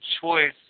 choice